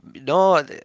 No